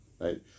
Right